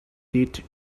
did